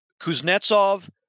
kuznetsov